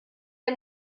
der